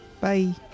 Bye